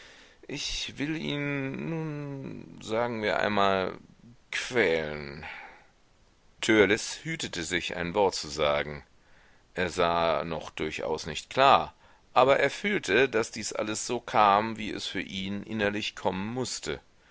ich will ihn nun sagen wir einmal quälen törleß hütete sich ein wort zu sagen er sah noch durchaus nicht klar aber er fühlte daß dies alles so kam wie es für ihn innerlich kommen mußte